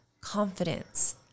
confidence